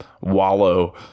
wallow